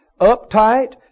uptight